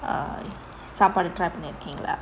err sapadu try பண்ணிருக்கீங்களா:panirukingala